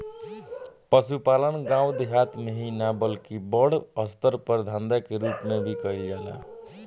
पसुपालन गाँव देहात मे ही ना बल्कि बड़ अस्तर पर धंधा के रुप मे भी कईल जाला